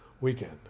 weekend